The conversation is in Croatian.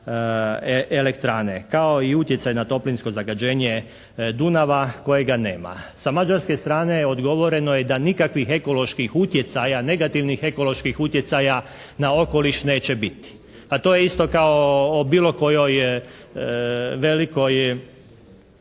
elektrane, kao i utjecaj na toplinsko zagađenje Dunava kojega nema. Sa Mađarske strane odgovoreno je da nikakvih ekoloških utjecaja negativnih ekoloških utjecaja na okoliš neće biti. Pa to je isto tako o bilo kojoj velikoj